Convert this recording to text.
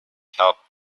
helped